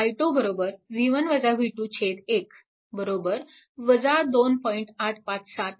428A अशी येते आणि i 2 1 बरोबर 2